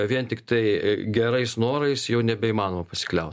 vien tiktai gerais norais jau nebeįmanoma pasikliaut